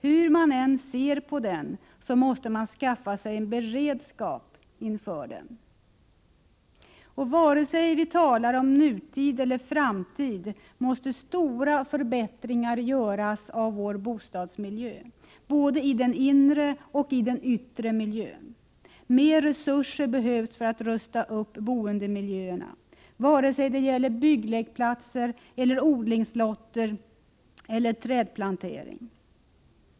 Hur man än ser på den, måste man skaffa sig en beredskap inför den. Vare sig vi talar om nutid eller framtid måste stora förbättringar göras i vår bostadsmiljö, både i den inre och i den yttre miljön. Mer resurser behövs således för att rusta upp boendemiljöerna, vare sig det gäller bygglekplatser eller odlingslotter eller trädplantering.